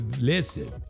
listen